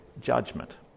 judgment